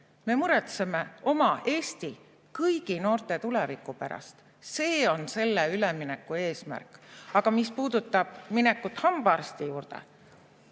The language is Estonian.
Me muretseme oma Eesti kõigi noorte tuleviku pärast. See on selle ülemineku eesmärk. Aga mis puudutab minekut hambaarsti juurde.